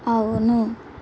అవును